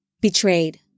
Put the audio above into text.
Betrayed